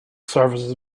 services